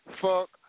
fuck